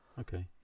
Okay